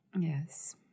yes